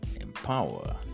empower